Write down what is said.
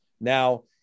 Now